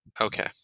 Okay